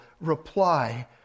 reply